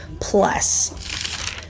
plus